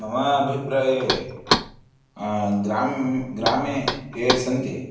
मम अभिप्राये ग्रां ग्रामे ये सन्ति